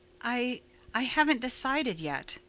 i i haven't decided yet,